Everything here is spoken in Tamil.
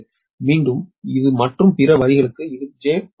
22 மீண்டும் இது மற்றும் பிற வரிக்கு இது j0